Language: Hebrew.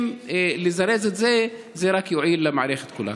אם נזרז את זה, זה רק יועיל למערכת כולה.